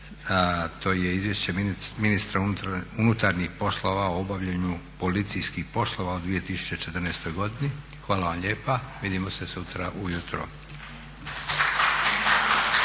to je Izvješće ministra unutarnjih poslova o obavljanju policijskih poslova u 2014. godini. Hvala vam lijepa, vidimo se sutra ujutro.